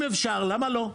אם אפשר, למה לא,